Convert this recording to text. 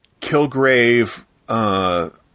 Kilgrave